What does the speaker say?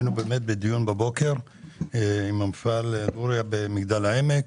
היינו בדיון בבוקר על המפעל לוריאל במגדל העמק,